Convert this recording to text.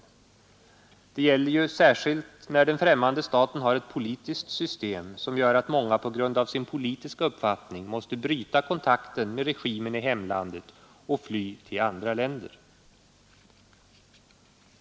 Det gäller ju särskilt när den främmande staten har ett politiskt system som gör att många på grund av sin politiska uppfattning måste bryta kontakten med regimen i hemlandet och fly till andra länder.